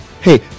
Hey